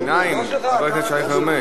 בקריאות ביניים, חבר הכנסת שי חרמש?